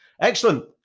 Excellent